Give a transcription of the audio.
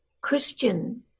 Christian